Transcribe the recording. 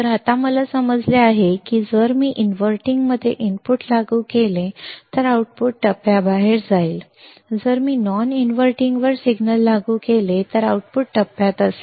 तर आता आम्हाला समजले आहे की जर मी इनव्हर्टिंगमध्ये इनपुट लागू केले तर आउटपुट टप्प्याबाहेर जाईल जर मी नॉन इनव्हर्टिंगवर सिग्नल लागू केले तर आउटपुट टप्प्यात असेल